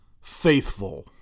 faithful